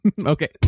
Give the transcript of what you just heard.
Okay